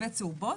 וצהובות,